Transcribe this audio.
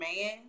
man